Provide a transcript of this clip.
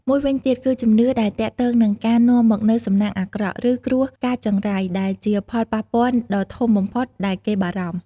មួយវិញទៀតគឺជំនឿដែលទាក់ទងនឹងការនាំមកនូវសំណាងអាក្រក់ ឬគ្រោះកាចចង្រៃ ដែលជាផលប៉ះពាល់ដ៏ធំបំផុតដែលគេបារម្ភ។